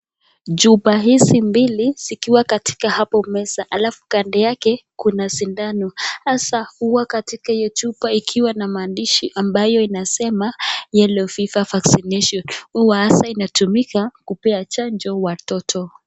Chupa hizi mbili zikiwa katika hapo meza alafu kando yake kuna sindano hasa huwa katika hiyo chupa ikiwa na maandishi ambayo inasema yellow fever vaccination huwa hasa inatumika kumpea chanjo watoto.